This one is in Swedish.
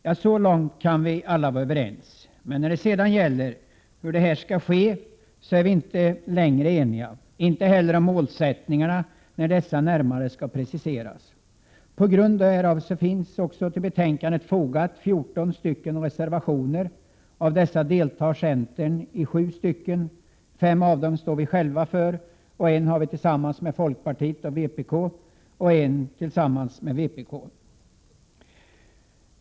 Ja, så långt kan vi alla vara överens — men när det sedan gäller hur detta skall ske är vi inte längre eniga, inte heller om målsättningen när denna närmare skall preciseras. På grund härav finns till betänkandet fogat fjorton reservationer. Centerns representanter har undertecknat sju stycken. Fem av dem står vi själva för, en har vi tillsammans med folkpartiet och vpk och en tillsammans med endast vpk.